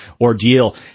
ordeal